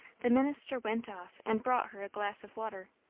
the minister went off and brought her a glass of water.